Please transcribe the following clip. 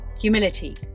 humility